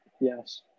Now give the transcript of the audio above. yes